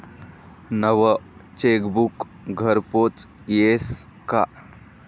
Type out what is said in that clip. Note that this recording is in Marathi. नवं चेकबुक घरपोच यस का?